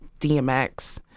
DMX